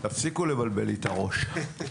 תפסיקו לבלבל לי את הראש.